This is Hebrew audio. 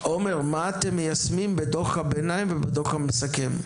עומר, מה אתם מיישמים מדו"ח הביניים והדו"ח המסכם?